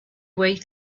way